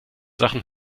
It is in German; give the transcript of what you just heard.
sachen